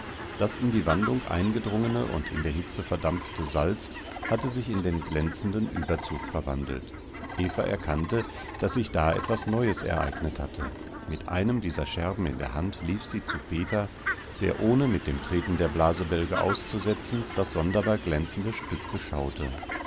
das in die wandung eingedrungene und in der hitze verdampfte salz hatte sich in den glänzenden überzug verwandelt eva erkannte daß sich da etwas neues ereignet hatte mit einem dieser scherben in der hand lief sie zu peter der ohne mit dem treten der blasebälge auszusetzen das sonderbar glänzende stück beschaute